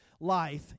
life